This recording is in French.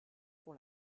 pour